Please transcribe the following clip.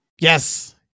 Yes